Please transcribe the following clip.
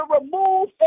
remove